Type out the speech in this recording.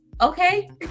Okay